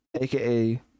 aka